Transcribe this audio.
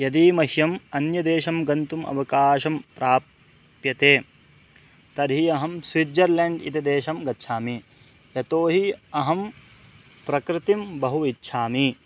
यदि मह्यम् अन्यदेशं गन्तुम् अवकाशं प्राप्यते तर्हि अहं स्विज्जर्लेण्ड् इति देशं गच्छामि यतो हि अहं प्रकृतिं बहु इच्छामि